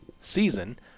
season